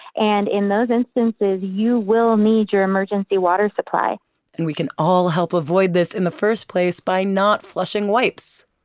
and in those instances, you will need your emergency water supply and we can all help avoid this in the first place by not flushing wipes.